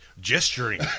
gesturing